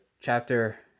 chapter